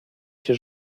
się